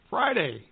Friday